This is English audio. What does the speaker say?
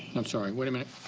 i'm sorry. wait a minute.